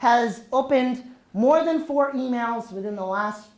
has opened more than fourteen hours within the last